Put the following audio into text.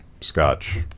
scotch